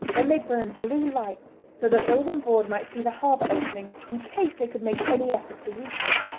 then they burned blue lights so that those on board might see the harbour opening in case they could make any effort to reach it.